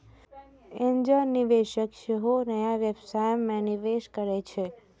angel निवेशक सेहो नया व्यवसाय मे निवेश करै छै